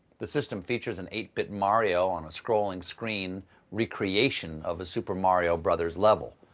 the system features an eight bit mario on a scrolling screen recreation of a supermario brothers level.